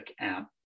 app